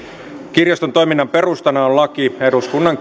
kirjaston toiminnan perustana on laki eduskunnan